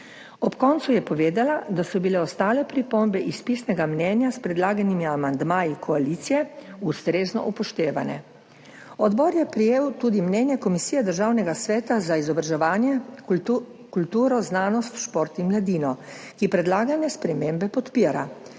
Ob koncu je povedala, da so bile ostale pripombe iz pisnega mnenja s predlaganimi amandmaji koalicije ustrezno upoštevane. Odbor je prejel tudi mnenje Komisije Državnega sveta za izobraževanje, kulturo, znanost, šport in mladino, ki predlagane spremembe podpira.